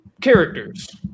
characters